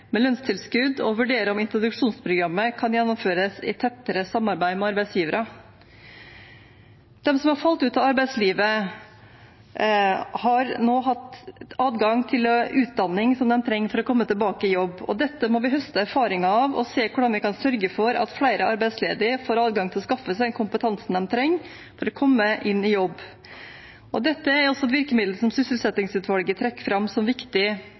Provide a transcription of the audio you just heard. med lønnstilskudd, og vurdere om introduksjonsprogrammet kan gjennomføres i tettere samarbeid med arbeidsgivere. De som har falt ut av arbeidslivet, har nå hatt adgang til utdanning som de trenger for å komme tilbake i jobb. Dette må vi høste erfaringer av og vi må se hvordan vi kan sørge for at flere arbeidsledige får adgang til å skaffe seg den kompetansen de trenger for å komme i jobb. Dette er også et virkemiddel som sysselsettingsutvalget trekker fram som viktig